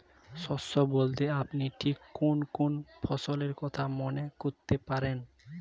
শস্য বলতে আপনি ঠিক কোন কোন ফসলের কথা মনে করতে পারেন?